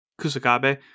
kusakabe